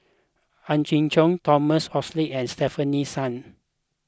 Ang Hiong Chiok Thomas Oxley and Stefanie Sun